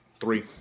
Three